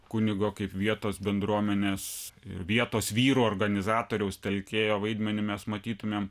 kunigo kaip vietos bendruomenės vietos vyrų organizatoriaus telkėjo vaidmenį mes matytumėm